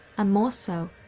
and more so,